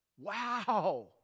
Wow